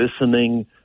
listening